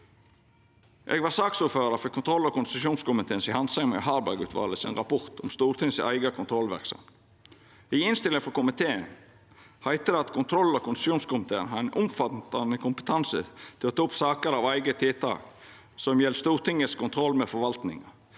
Eg var saksordførar for kontroll- og konstitusjonskomiteen si handsaming av Harberg-utvalet sin rapport om Stortinget si eiga kontrollverksemd. I innstillinga frå komiteen heiter det at kontroll- og konstitusjonskomiteen har ein omfattande kompetanse til å ta opp saker av eige tiltak som gjeld «Stortingets kontroll med forvaltninga»,